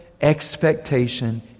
expectation